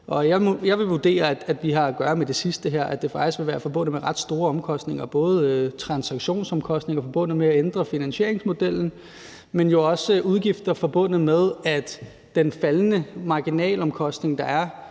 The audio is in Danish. Jeg vil vurdere, at vi har at gøre med det sidste her, altså at det faktisk vil være forbundet med ret store omkostninger, både transaktionsomkostninger forbundet med at ændre finansieringsmodellen, men jo også udgifter forbundet med, at den faldende marginalomkostning, der er,